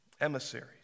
emissaries